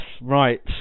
right